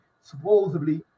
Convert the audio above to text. supposedly